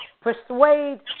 persuade